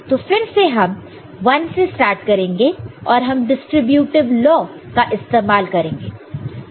तो फिर से हम 1 से स्टार्ट करेंगे और हम डिस्ट्रीब्यूटीव लॉ का इस्तेमाल करेंगे